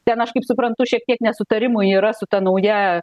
ten aš kaip suprantu šiek tiek nesutarimų yra su ta nauja